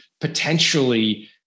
potentially